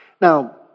Now